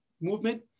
movement